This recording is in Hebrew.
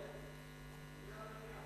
הוא פואטי.